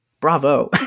bravo